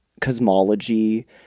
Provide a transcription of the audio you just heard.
cosmology